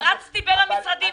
רצתי בין המשרדים,